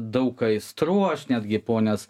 daug aistrų aš netgi ponios